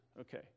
okay